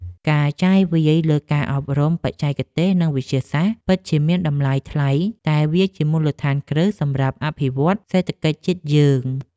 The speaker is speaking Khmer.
ការចាយវាយលើការអប់រំបច្ចេកទេសនិងវិទ្យាសាស្ត្រ ពិតជាមានតម្លៃថ្លៃតែវាជាមូលដ្ឋានគ្រឹះសម្រាប់អភិវឌ្ឍសេដ្ឋកិច្ចជាតិយើង។